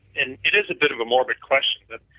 and it is a bit of a morbid question that,